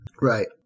Right